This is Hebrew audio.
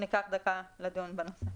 ניקח דקה לדון בזה.